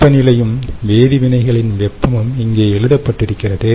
வெப்பநிலையும் வேதி வினைகளின் வெப்பமும் இங்கே எழுதப்பட்டிருக்கிறது